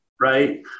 right